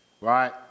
right